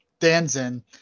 Danzen